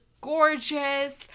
gorgeous